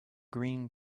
green